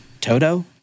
Toto